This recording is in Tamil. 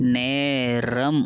நேரம்